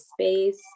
space